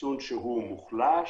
חיסון מוחלש,